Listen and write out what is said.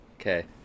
Okay